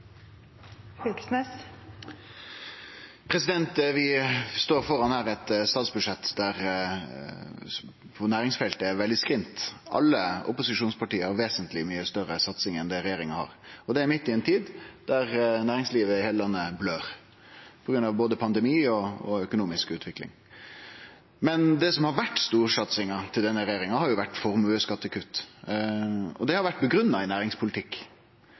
framover. Vi står her framfor eit statsbudsjett der næringsfeltet er veldig skrint. Alle opposisjonspartia har vesentleg mykje større satsingar enn det regjeringa har, midt i ei tid der næringslivet i heile landet blør på grunn av både pandemi og økonomisk utvikling. Det som har vore storsatsinga til denne regjeringa, er formuesskattekutt, og det har vore grunngitt i næringspolitikk.